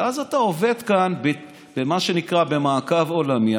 ואז אתה עובד כאן במה שנקרא מעקב עולמי,